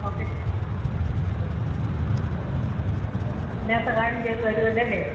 okay okay അപ്പം എല്ലാ സഹായവും ചെയ്ത് തരുമല്ലോ അല്ലേ